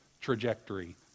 trajectory